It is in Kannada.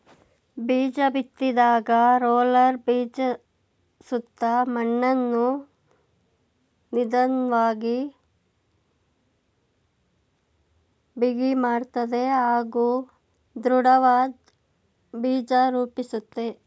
ಬೀಜಬಿತ್ತಿದಾಗ ರೋಲರ್ ಬೀಜದಸುತ್ತ ಮಣ್ಣನ್ನು ನಿಧನ್ವಾಗಿ ಬಿಗಿಮಾಡ್ತದೆ ಹಾಗೂ ದೃಢವಾದ್ ಬೀಜ ರೂಪಿಸುತ್ತೆ